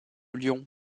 lyon